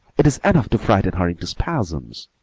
it is enough to frighten her into spasms.